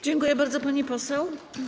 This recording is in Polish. Dziękuję bardzo, pani poseł.